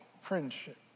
friendship